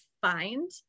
find